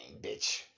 bitch